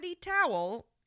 towel